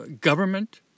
government